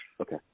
Okay